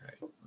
right